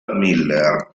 miller